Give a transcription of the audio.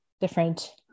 different